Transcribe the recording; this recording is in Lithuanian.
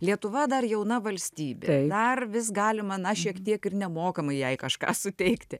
lietuva dar jauna valstybė dar vis galima na šiek tiek ir nemokamai jei kažką suteikti